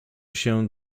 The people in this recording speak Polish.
się